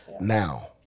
now